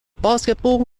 basketball